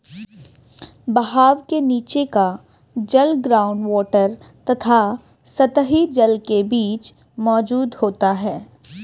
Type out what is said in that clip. बहाव के नीचे का जल ग्राउंड वॉटर तथा सतही जल के बीच मौजूद होता है